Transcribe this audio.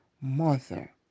mother